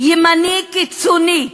ימני קיצוני,